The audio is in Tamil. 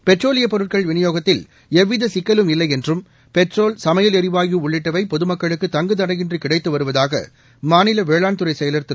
பெட்ரோலியப் பொருட்கள் விநியோகத்தில் எவ்வித சிக்கலும் இல்லை என்றும் பெட்ரோல் சமையல் ளிவாயு உள்ளிட்டவை பொதுமக்களுக்கு தங்குத்தடையின்றி கிடைத்து வருவதாக மாநில வேளாண்துறை செயலர் திரு